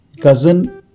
Cousin